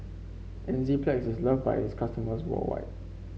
Enzyplex is loved by its customers worldwide